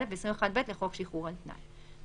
21א ו-21ב לחוק שחרור על-תנאי.